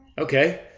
Okay